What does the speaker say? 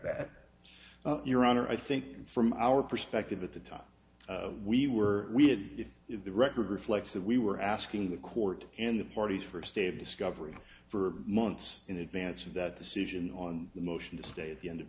that your honor i think from our perspective at the time we were we had if the record reflects that we were asking the court and the parties for a stay of discovery for months in advance of that decision on the motion to stay at the end of